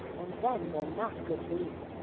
and then they're not good to eat.